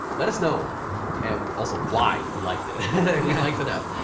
let us know and also why you liked it? we'd like to know!